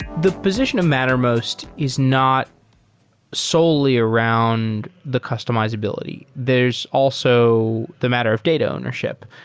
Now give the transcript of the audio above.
the position of mattermost is not solely around the customizability. there's also the matter of data ownership,